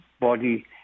body